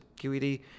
QED